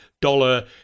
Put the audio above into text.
dollar